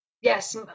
yes